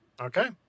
Okay